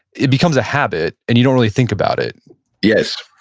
it becomes a habit, and you don't really think about it yes.